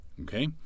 Okay